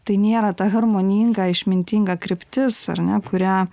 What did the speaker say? tai nėra ta harmoninga išmintinga kryptis ar ne kurią